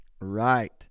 Right